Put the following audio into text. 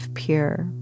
pure